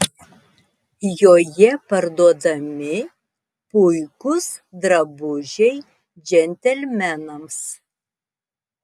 joje parduodami puikūs drabužiai džentelmenams